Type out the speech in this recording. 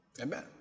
Amen